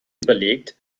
überlegt